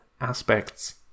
aspects